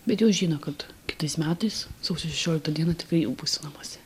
bet jau žino kad kitais metais sausio šešioliktą dieną tikrai jau būsiu namuose